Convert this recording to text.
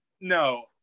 No